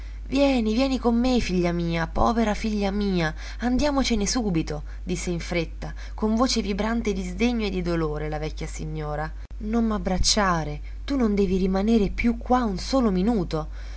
vieni vieni con me figlia mia povera figlia mia andiamocene subito disse in fretta con voce vibrante di sdegno e di dolore la vecchia signora non m'abbracciare tu non devi rimanere più qua un solo minuto